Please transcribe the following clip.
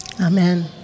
Amen